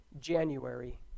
January